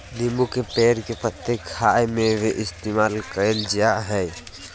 नींबू के पेड़ के पत्ते खाय में भी इस्तेमाल कईल जा हइ